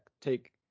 take